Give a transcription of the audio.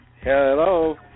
Hello